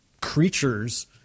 creatures